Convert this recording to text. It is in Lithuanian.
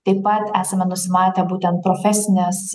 taip pat esame nusimatę būtent profesinės